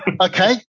okay